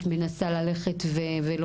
אבל